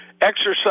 Exercise